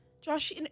Josh